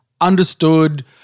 understood